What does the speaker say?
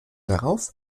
darauf